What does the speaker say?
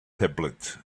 tablet